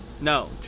No